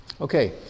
Okay